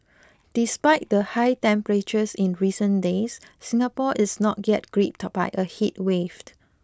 despite the high temperatures in recent days Singapore is not yet gripped by a